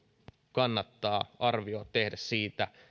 kannattaa tehdä arvio siitä